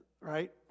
right